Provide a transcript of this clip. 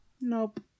Nope